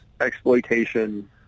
exploitation